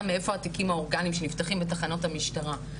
מאיפה התיקים האורגניים שנפתחים בתחנות המשטרה?